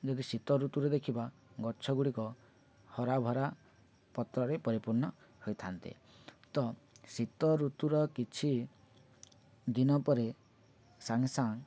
ଯଦି ଶୀତ ଋତୁରେ ଦେଖିବା ଗଛ ଗୁଡ଼ିକ ହରା ଭରା ପତ୍ରରେ ପରିପୂର୍ଣ୍ଣ ହୋଇଥାନ୍ତେ ତ ଶୀତ ଋତୁର କିଛି ଦିନ ପରେ ସାଙ୍ଗେ ସାଙ୍ଗ